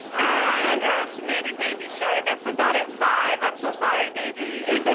i underestimated baby shark. i put that at five. i'm so sorry, baby.